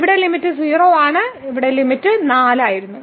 ഇവിടെ ലിമിറ്റ് 0 ആണ് ലിമിറ്റ് 4 ആയിരുന്നു